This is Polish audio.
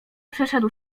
przeszedł